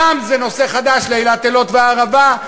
הים הוא נושא חדש לאילת, אילות והערבה.